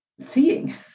seeing